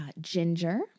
Ginger